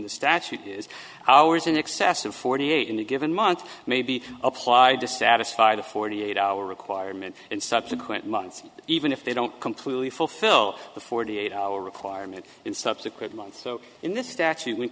the statute is hours in excess of forty eight in a given month may be applied to satisfy the forty eight hour requirement in subsequent months even if they don't completely fulfill the forty eight hour requirement in subsequent months so in this statute